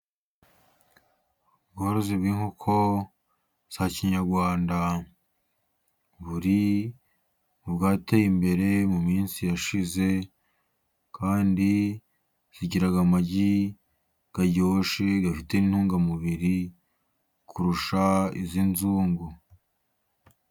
Ubworozi bw'inkoko za kinyarwanda buri mu bwateye imbere mu minsi yashize, kandi zigira amagi aryoshye, afite n'intungamubiri kurusha iz'inzungu.